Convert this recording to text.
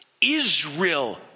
Israel